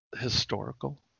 Historical